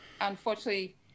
Unfortunately